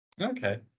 okay